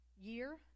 year